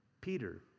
Peter